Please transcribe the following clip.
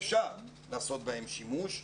ואפשר לעשות בהם שימוש.